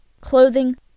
clothing